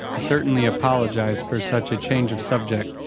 i certainly apologize for such a change of subject,